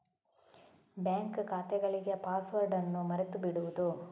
bank ಖಾತೆಗಳಿಗೆ password ಅನ್ನು ಮರೆತು ಬಿಡುವುದು